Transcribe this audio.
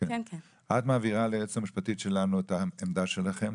את מעבירה ליועצת המשפטית שלנו את העמדה שלכם,